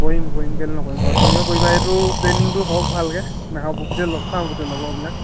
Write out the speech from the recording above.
কৰিম কৰিম কেলে নকৰিম হয় তুমিও কৰিবা এইটো প্লেনিঙটো হওক ভালকৈ নাহৰ পুখুৰীতে লগ খাম গোটেই লগৰবিলাক